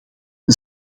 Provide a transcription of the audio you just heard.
een